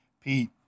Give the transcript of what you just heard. Pete